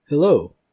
hello